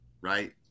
right